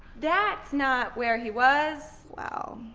that's not where he was. wow.